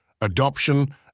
adoption